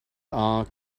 are